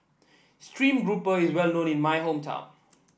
stream grouper is well known in my hometown